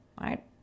Right